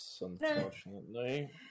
unfortunately